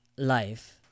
Life